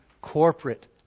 corporate